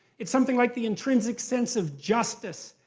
it's something like the intrinsic sense of justice.